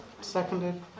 Seconded